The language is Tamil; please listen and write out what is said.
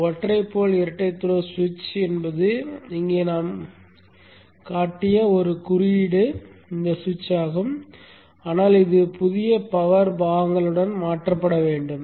ஒரு ஒற்றை போல் இரட்டை த்ரோக்கள் சுவிட்ச் என்பது இங்கே நாம் காட்டிய ஒரு குறியீட்டு சுவிட்ச் ஆகும் ஆனால் இது புதிய பவர் பாகங்களுடன் மாற்றப்பட வேண்டும்